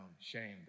shame